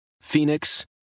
Phoenix